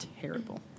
terrible